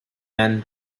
and